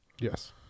Yes